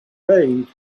paid